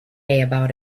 about